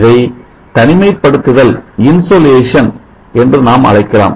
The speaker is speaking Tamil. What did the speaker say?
இதை தனிமைப் படுத்துதல் என்று நாம் அழைக்கலாம்